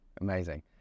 amazing